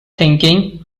thinking